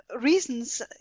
reasons